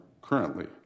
currently